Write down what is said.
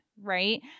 right